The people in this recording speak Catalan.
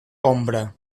ombra